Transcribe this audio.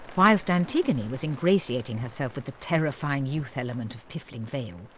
whilst antigone was ingratiating herself with the terrifying youth element of piffling vale,